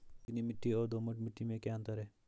चिकनी मिट्टी और दोमट मिट्टी में क्या क्या अंतर है?